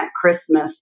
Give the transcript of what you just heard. Christmas